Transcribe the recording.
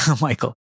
Michael